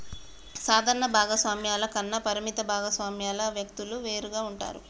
సాధారణ భాగస్వామ్యాల కన్నా పరిమిత భాగస్వామ్యాల వ్యక్తులు వేరుగా ఉంటారు